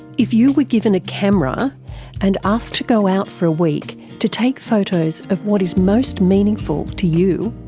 if you were given a camera and asked to go out for a week to take photos of what is most meaningful to you,